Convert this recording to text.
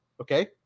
Okay